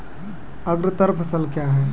अग्रतर फसल क्या हैं?